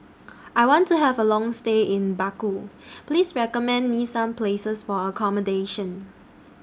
I want to Have A Long stay in Baku Please recommend Me Some Places For accommodation